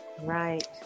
Right